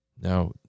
Now